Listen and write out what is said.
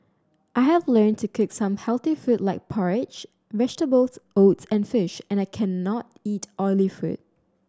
I have learned to cook some healthy food like porridge vegetables oats and fish and I cannot eat oily food